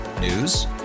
News